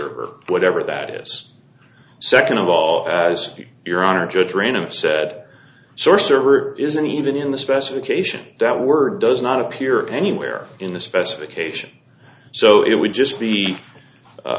or whatever that is second of all as your honor judge said source server isn't even in the specification that word does not appear anywhere in the specification so it would just be